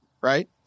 right